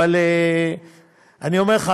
אבל אני אומר לך,